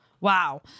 wow